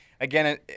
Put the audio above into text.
again